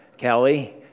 Kelly